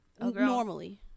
normally